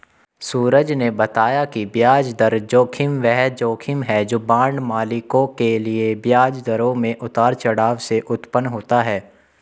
सूरज ने बताया कि ब्याज दर जोखिम वह जोखिम है जो बांड मालिकों के लिए ब्याज दरों में उतार चढ़ाव से उत्पन्न होता है